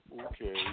okay